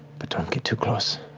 but don't get too close.